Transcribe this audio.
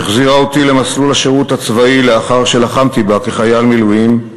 שהחזירה אותי למסלול השירות הצבאי לאחר שלחמתי בה כחייל מילואים,